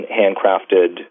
handcrafted